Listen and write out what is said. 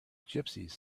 gypsies